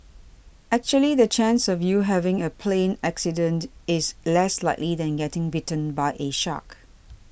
actually the chance of you having a plane accident is less likely than getting bitten by a shark